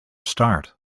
start